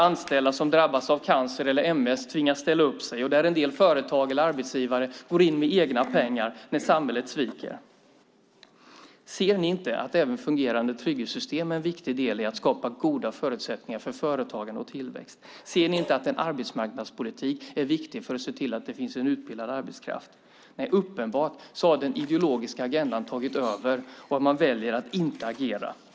Anställda som drabbas av cancer eller MS tvingas ställa upp sig, och en del företagare eller arbetsgivare går in med egna pengar när samhället sviker. Ser ni inte att även fungerande trygghetssystem är en viktig del i att skapa goda förutsättningar för företagande och tillväxt? Ser ni inte att en arbetsmarknadspolitik är viktig för att se till att det finns en utbildad arbetskraft? Nej, uppenbart har den ideologiska agendan tagit över, och man väljer att inte agera.